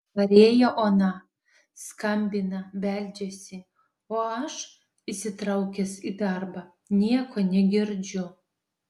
parėjo ona skambina beldžiasi o aš įsitraukęs į darbą nieko negirdžiu